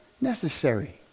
necessary